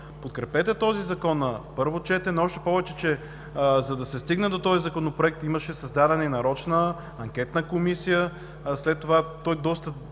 подкрепете този Закон на първо четене, още повече че, за да се стигне до този Законопроект, имаше създадена нарочна анкетна комисия, след това той доста